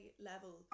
level